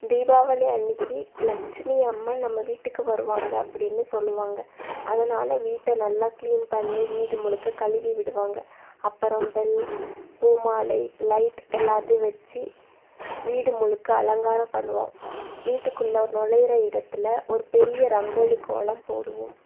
தீபாவளி அன்றைக்கு லக்ஷ்மி அம்மன் நம் வீட்டுக்கு வருவாங்கள் அப்படின்னு சொல்லுவாங்க அதனால் வீட்டை நல்லா க்ளீன் பண்ணி வீடு முழுக்க கழுவி விடுவாங்க அப்புறம் பெல் பூ மாலை லைட் எல்லாத்தையும் வச்சு வீடு முழுக்க அலங்காரம் பண்ணுவோம் வீட்டுக்குள்ளே நுலையிற இடத்தில் ஒரு பெரிய ரங்கோலி கோலம் போடுவோம்